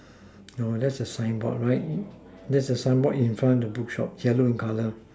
no that's a signboard right that's a signboard in front the bookshop yellow in color